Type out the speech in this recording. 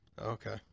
Okay